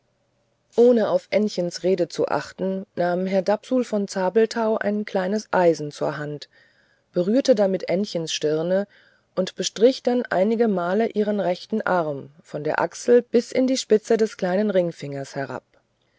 ohne auf ännchens rede zu achten nahm herr dapsul von zabelthau ein kleines eisen zur hand berührte damit ännchens stirne und bestrich dann einigemal ihren rechten arm von der achsel bis in die spitze des kleinen ringefingers herab